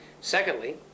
Secondly